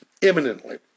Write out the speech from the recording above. imminently